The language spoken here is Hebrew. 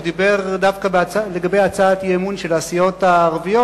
והוא דיבר דווקא לגבי הצעת האי-אמון של הסיעות הערביות,